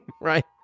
Right